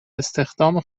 استخدام